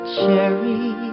cherry